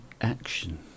action